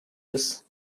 race